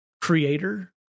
creator